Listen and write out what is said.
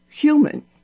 human